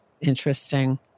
Interesting